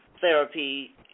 therapy